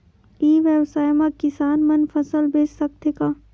ई व्यवसाय म किसान मन फसल बेच सकथे का?